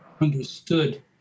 understood